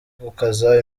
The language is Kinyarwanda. gukaza